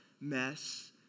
mess